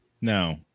no